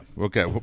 Okay